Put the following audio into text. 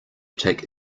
take